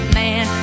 man